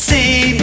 See